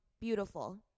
beautiful